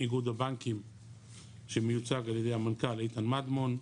איגוד הבנקים שמיוצג על ידי המנכ"ל איתן מדמון,